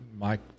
Mike